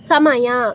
ಸಮಯ